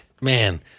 Man